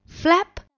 Flap